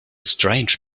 strange